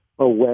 away